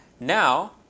now,